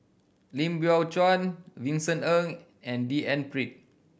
Lim Biow Chuan Vincent Ng and D N Pritt